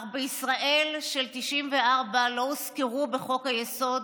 אך בישראל של 1994 לא הוזכרו בחוק היסוד